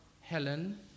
Helen